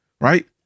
Right